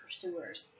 pursuers